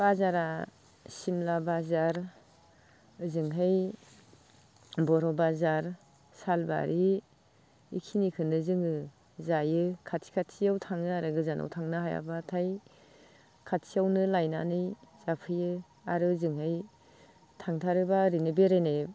बाजारा सिमला बाजार ओजोंहाय बर' बाजार सालबारि इखिनिखोनो जोङो जायो खाथि खाथियाव थाङो आरो गोजानाव थांनो हायाब्लाथाय खाथियावनो लायनानै जाफैयो आरो अजोंहाय थांथारोब्ला ओरैनो बेरायनाय